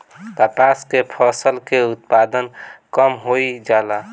कपास के फसल के उत्पादन कम होइ जाला?